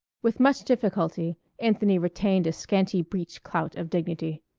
with much difficulty anthony retained a scanty breech-clout of dignity.